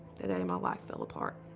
and any my life fell apart